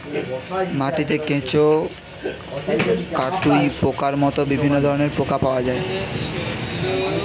মাটিতে কেঁচো, কাটুই পোকার মতো বিভিন্ন ধরনের পোকা পাওয়া যায়